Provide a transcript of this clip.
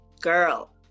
girl